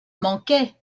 manquait